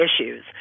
issues